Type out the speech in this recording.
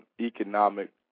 economic